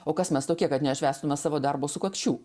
o kas mes tokie kad nešvęstume savo darbo sukakčių